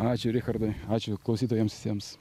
ačiū richardai ačiū klausytojams visiems